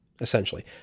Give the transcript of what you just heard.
essentially